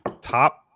top